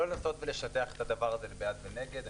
לא לנסות ולשטח את הדבר הזה לבעד ונגד.